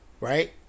Right